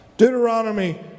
Deuteronomy